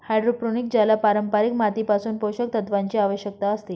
hydroponic ज्याला पारंपारिक मातीपासून पोषक तत्वांची आवश्यकता असते